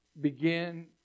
begin